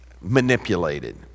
manipulated